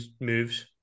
moves